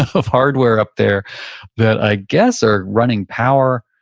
of hardware up there that i guess are running power.